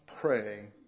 pray